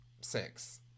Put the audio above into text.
six